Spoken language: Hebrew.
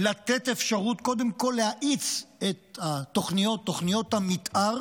לתת אפשרות, קודם כול, להאיץ את תוכניות המתאר,